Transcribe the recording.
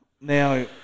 Now